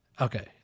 Okay